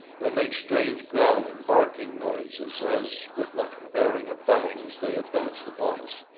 they made strange growling, barking noises, as with much baring of fangs they advanced upon us.